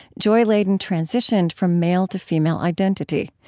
joy ladin transitioned from male to female identity.